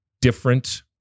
different